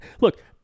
Look-